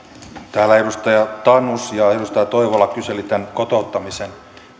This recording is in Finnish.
täällä edustaja tanus ja edustaja toivola kyselivät kotouttamisen